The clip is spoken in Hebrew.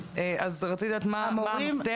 אז רציתי לדעת מה המפתח.